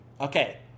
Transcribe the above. Okay